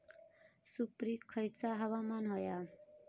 सुपरिक खयचा हवामान होया?